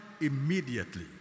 immediately